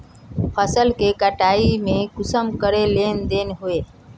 फसल के कटाई में कुंसम करे लेन देन होए?